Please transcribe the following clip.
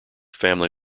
family